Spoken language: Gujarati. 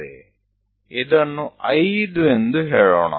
ચાલો આપણે તેને 5 કહીએ